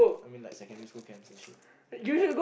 I mean like secondary school camps and shit and